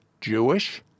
Jewish